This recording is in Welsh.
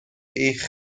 eich